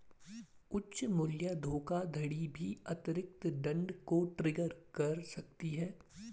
उच्च मूल्य धोखाधड़ी भी अतिरिक्त दंड को ट्रिगर कर सकती है